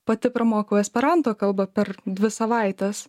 pati pramokau esperanto kalbą per dvi savaites